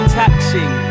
taxing